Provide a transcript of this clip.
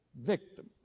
victim